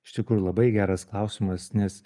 iš tikrųjų labai geras klausimas nes